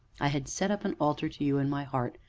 i had set up an altar to you in my heart,